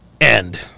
end